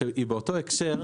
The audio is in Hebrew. שהיא באותו הקשר.